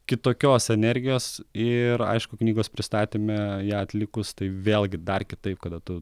kitokios energijos ir aišku knygos pristatyme ją atlikus tai vėlgi dar kitaip kada tu